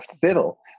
fiddle